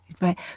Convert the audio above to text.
Right